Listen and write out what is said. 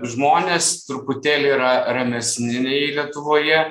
žmonės truputėlį yra ramesni nei lietuvoje